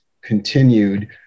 continued